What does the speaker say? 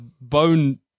bone